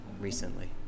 recently